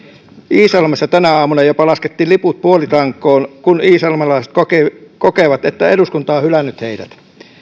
iisalmessa tänä aamuna jopa laskettiin liput puolitankoon kun iisalmelaiset kokevat kokevat että eduskunta on hylännyt heidät